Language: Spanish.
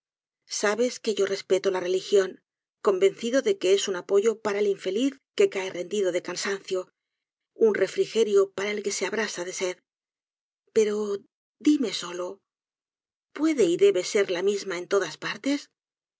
que yo respeto la religión convencido de que es un apoyo para el infeliz que cae rendido de cansancio un refrigerio para el que se abrasa de sed pero díme solo puede y debe serla misma en todas partes